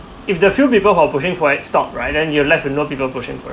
if the few people hope pushing for it stop right then you left no people pushing for it